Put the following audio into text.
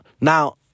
Now